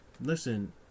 listen